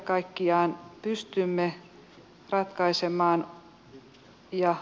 arvoisa herra puhemies